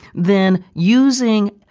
then using